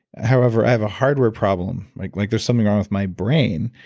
however, i have a hardware problem, like like there's something wrong with my brain.